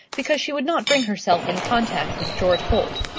because she would not bring herself in contact with george holt.